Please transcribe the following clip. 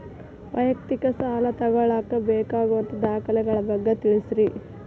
ವೈಯಕ್ತಿಕ ಸಾಲ ತಗೋಳಾಕ ಬೇಕಾಗುವಂಥ ದಾಖಲೆಗಳ ಬಗ್ಗೆ ತಿಳಸ್ರಿ